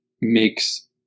makes